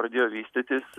pradėjo vystytis